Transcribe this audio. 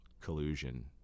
collusion